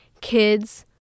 kids